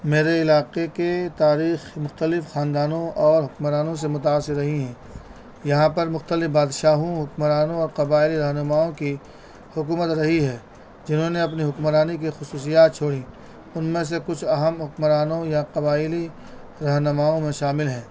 میرے علاقے کے تاریخ مختلف خاندانوں اور حکمرانوں سے متاثر رہی ہیں یہاں پر مختلف بادشاہوں حکمرانوں اور قبائلی رہنماؤں کی حکومت رہی ہے جنہوں نے اپنی حکمرانی کی خصوصیات چھوڑی ان میں سے کچھ اہم حکمرانوں یا قبائلی رہنماؤں میں شامل ہیں